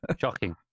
Shocking